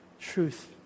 truth